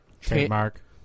Trademark